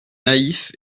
naïf